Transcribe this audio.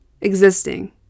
existing